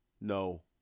No